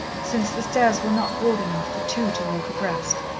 since the stairs were not broad enough for two to walk abreast.